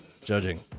judging